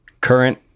Current